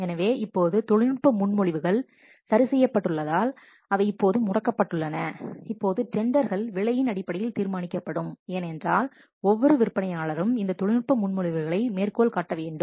எனவே இப்போது தொழில்நுட்ப முன்மொழிவுகள் சரி செய்யப்பட்டுள்ளதால் அவை இப்போது முடக்கப்பட்டுள்ளன இப்போது டெண்டர்கள் விலையின் அடிப்படையில் தீர்மானிக்கப்படும் ஏனென்றால் ஒவ்வொரு விற்பனையாளரும் இந்த தொழில்நுட்ப முன்மொழிவுகளை மேற்கோள் காட்ட வேண்டும்